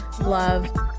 love